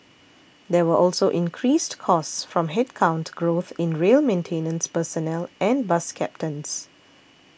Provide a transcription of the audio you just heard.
there were also increased costs from headcount growth in rail maintenance personnel and bus captains